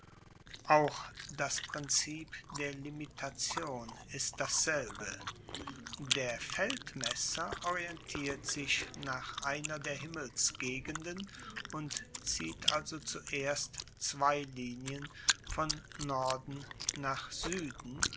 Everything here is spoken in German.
auch das prinzip der limitation ist dasselbe der feldmesser orientiert sich nach einer der himmelsgegenden und zieht also zuerst zwei linien von norden nach sueden